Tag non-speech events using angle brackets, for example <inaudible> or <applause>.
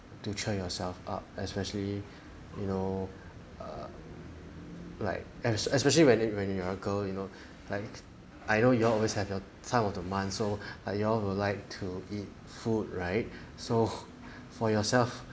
to cheer yourself up especially you know err like as especially when it when you are girl you know like I know you always have your time of the month so like you all will like to eat food right so <laughs> for yourself